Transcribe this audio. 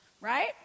Right